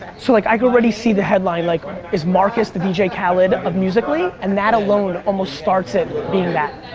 so like i could already see the headline like is marcus the the dj khaled of musically? and that alone almost starts it being at.